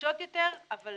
חדשות יותר אבל